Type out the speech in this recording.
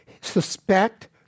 suspect